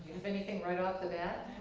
have anything right off the bat?